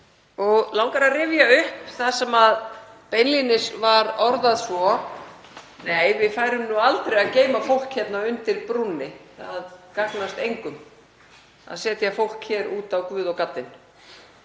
og langar að rifja upp það sem beinlínis var orðað svo: Nei, við færum nú aldrei að geyma fólk hérna undir brúnni. Það gagnast engum að setja fólk út á guð og gaddinn,